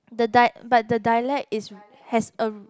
the dia~ but the dialect is has a